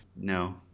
No